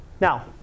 Now